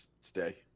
stay